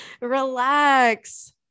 Relax